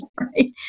Right